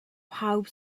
pawb